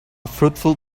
fruitful